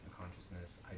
consciousness